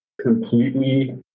completely